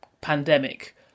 pandemic